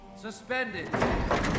suspended